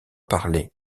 parler